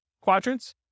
quadrants